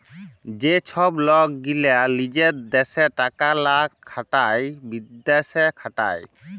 যে ছব লক গীলা লিজের দ্যাশে টাকা লা খাটায় বিদ্যাশে খাটায়